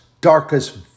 darkest